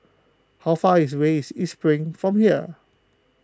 how far is way is East Spring from here